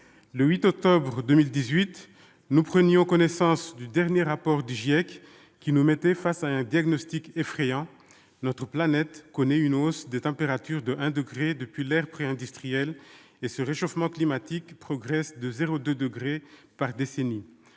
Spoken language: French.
Le 8 octobre 2018, nous prenions connaissance du dernier rapport du GIEC, qui nous plaçait face à un diagnostic effrayant : notre planète connaît une hausse des températures de 1 degré depuis l'ère préindustrielle, et le réchauffement climatique progresse désormais de 0,2 degré par décennie.